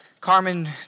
Carmen